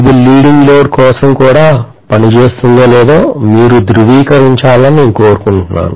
ఇది leading load కోసం కూడా పనిచేస్తుందో లేదో మీరు ధృవీకరించాలని నేను కోరుకుంటున్నాను